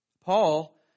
Paul